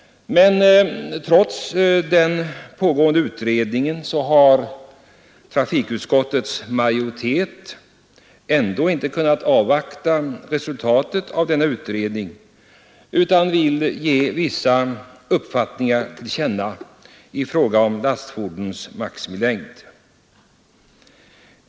Trots den pågående utredningen har trafikutskottets majoritet ändå inte kunnat avvakta resultatet av denna utredning utan vill ge vissa uppfattningar till känna i fråga om lastfordons maximilängd.